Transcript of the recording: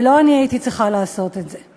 ולא אני הייתי צריכה לעשות את זה.